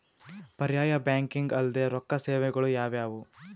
ಪರ್ಯಾಯ ಬ್ಯಾಂಕಿಂಗ್ ಅಲ್ದೇ ರೊಕ್ಕ ಸೇವೆಗಳು ಯಾವ್ಯಾವು?